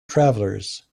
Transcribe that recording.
travelers